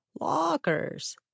lockers